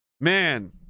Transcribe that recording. Man